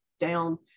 down